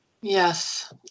yes